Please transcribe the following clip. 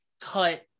cut